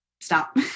Stop